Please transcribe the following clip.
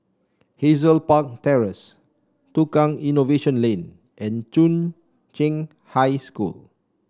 Hazel Park Terrace Tukang Innovation Lane and Chung Cheng High School